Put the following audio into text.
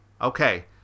Okay